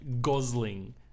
Gosling